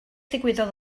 ddigwyddodd